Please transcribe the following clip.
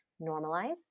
normalize